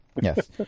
Yes